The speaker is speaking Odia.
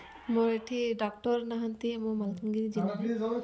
ଆମର ଏଠି ଡାକ୍ଟର ନାହାନ୍ତି ମୋ ମାଲକନଗିରି ଜିଲ୍ଲାରେ